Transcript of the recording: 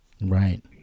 Right